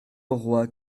auroi